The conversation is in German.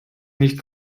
nicht